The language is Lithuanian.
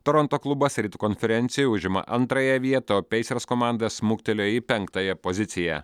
toronto klubas rytų konferencijoje užima antrąją vietą o peisers komanda smuktelėjo į penktąją poziciją